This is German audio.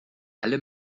alle